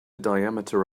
diameter